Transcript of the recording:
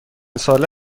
ساله